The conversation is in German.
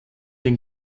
den